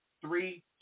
Three